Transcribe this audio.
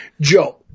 Joe